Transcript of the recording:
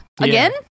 again